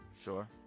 sure